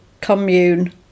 commune